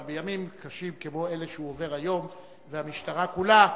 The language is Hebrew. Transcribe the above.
אבל בימים קשים כמו אלה שהוא עובר היום והמשטרה כולה,